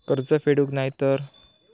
कर्ज फेडूक नाय तर?